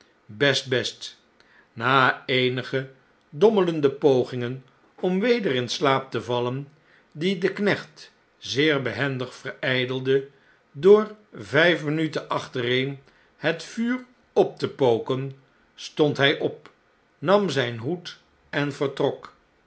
best na eenige dommelenua pogingen om weder in slaap te vallen die de knecht zeer behendig verjjdelde door vjjf minuten achtereen het vuur op te poken stond mj op nam zjjn hoed en vertrok